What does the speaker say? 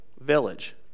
village